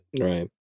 Right